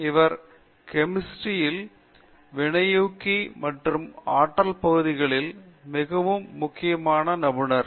அவர் கெமிஸ்ட்ரில் வினையூக்கி மற்றும் ஆற்றல் பகுதிகளில் மிகவும் முக்கியமான நிபுணர்